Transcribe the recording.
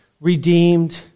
redeemed